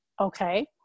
Okay